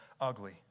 ugly